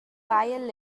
haiel